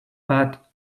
but